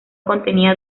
contenía